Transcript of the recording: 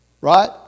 Right